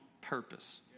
purpose